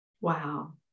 Wow